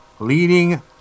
Leading